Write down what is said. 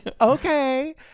Okay